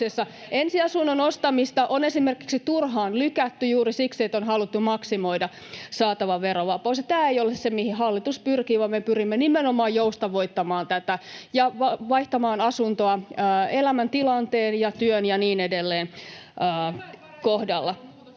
Ensiasunnon ostamista on esimerkiksi turhaan lykätty juuri siksi, että on haluttu maksimoida saatava verovapaus, ja tämä ei ole se, mihin hallitus pyrkii, vaan me pyrimme nimenomaan joustavoittamaan asunnon vaihtamista elämäntilanteen ja työn ja niin edelleen mukaan.